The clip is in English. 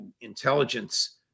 intelligence